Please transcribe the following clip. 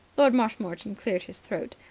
lord marshmoreton cleared his throat.